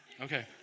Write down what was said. Okay